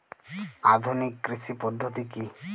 আধুনিক কৃষি পদ্ধতি কী?